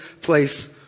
place